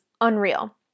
unreal